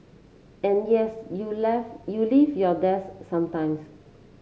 and yes you left you leave your desk sometimes